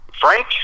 Frank